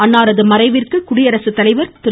அன்னாரது மறைவுக்கு குடியரசு தலைவர் திரு